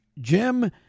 Jim